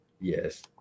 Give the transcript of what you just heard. Yes